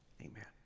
amen